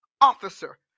officer